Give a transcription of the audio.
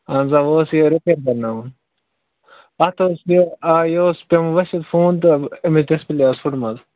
اہن حظ آ وۅنۍ اوس یہِ ریٚپیر کَرٕناوُن اَتھ اوس یہِ یہِ اوس ییٚومُت ؤسۍ حظ فون تہٕ امِچ ڈِسپٕلیے ٲس فُٹمٕژ